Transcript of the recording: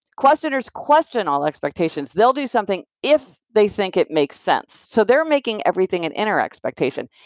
questioners question all expectations. they'll do something if they think it makes sense, so they're making everything an inner expectation.